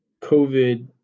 COVID